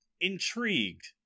intrigued